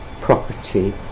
property